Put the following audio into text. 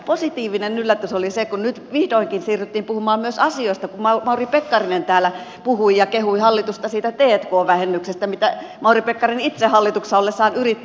positiivinen yllätys oli se kun nyt vihdoinkin siirryttiin puhumaan myös asioista kun mauri pekkarinen täällä puhui ja kehui hallitusta siitä t k vähennyksestä mitä mauri pekkarinen itse hallituksessa ollessaan yritti